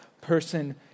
person